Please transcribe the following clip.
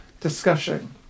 discussion